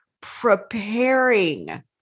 preparing